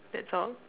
that's all